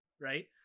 right